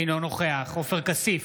אינו נוכח עופר כסיף,